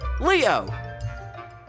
Leo